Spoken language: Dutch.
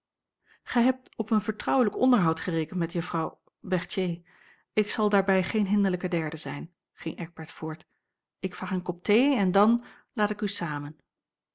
gij hebt op een vertrouwelijk onderhoud gerekend met juffrouw berthier ik zal daarbij geen hinderlijke derde zijn ging eckbert voort ik vraag een kop thee en dan laat ik u samen